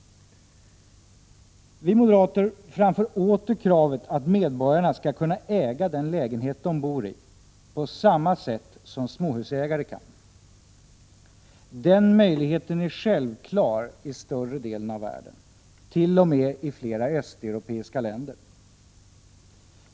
Vi moderater framför åter kravet att medborgarna skall kunna äga den lägenhet de bor i på samma sätt som småhusägare kan. Den möjligheten är självklar i större delen av världen, t.o.m. i flera östeuropeiska länder.